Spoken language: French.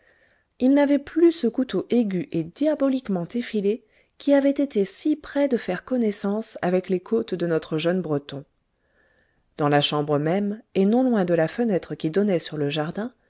il n'avait plus ce couteau aigu et diaboliquement effilé qui avait été si près de faire connaissance avec les côtes de notre jeune breton dans la chambre même et non loin de la fenêtre qui donnait sur le jardin